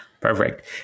Perfect